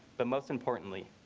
but most importantly,